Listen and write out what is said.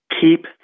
keep